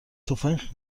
تفنگ